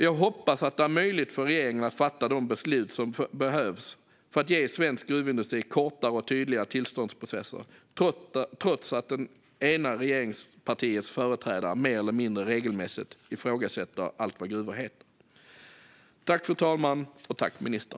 Jag hoppas att det är möjligt för regeringen att fatta de beslut som behövs för att ge svensk gruvindustri kortare och tydligare tillståndsprocesser trots att det ena regeringspartiets företrädare mer eller mindre regelmässigt ifrågasätter allt vad gruvor heter.